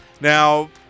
Now